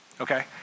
Okay